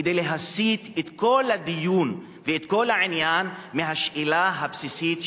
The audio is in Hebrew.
כדי להסיט את כל הדיון ואת כל העניין מהשאלה הבסיסית,